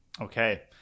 okay